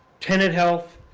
tenet health,